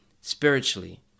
spiritually